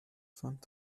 fand